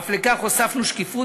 אף לכך הוספנו שקיפות,